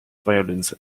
violins